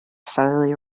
southerly